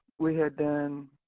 we had done,